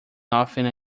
nothing